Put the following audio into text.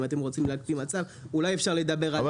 אם אתם רוצים להקפיא מצב אולי אפשר לדבר על --- אז